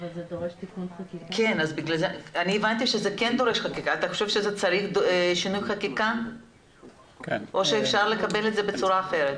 אתה חושב שזה צריך שינוי חקיקה או שאפשר לקבל את זה בצורה אחרת?